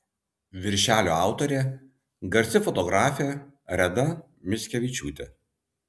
viršelio autorė garsi fotografė reda mickevičiūtė